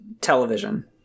television